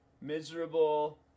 miserable